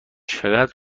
چقدر